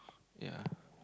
ya